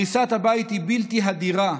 הריסת הבית היא בלתי הדירה.